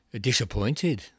disappointed